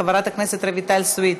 חברת הכנסת רויטל סויד,